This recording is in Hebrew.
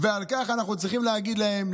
ועל כך אנחנו צריכים להגיד להם,